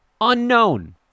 Unknown